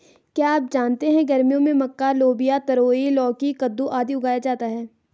क्या आप जानते है गर्मियों में मक्का, लोबिया, तरोई, लौकी, कद्दू, आदि उगाया जाता है?